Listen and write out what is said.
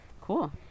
Cool